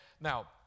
Now